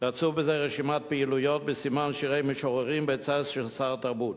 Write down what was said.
רצופה בזה רשימת פעילויות בסימן שירי משוררים בהיצע של סל תרבות,